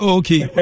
okay